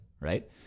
right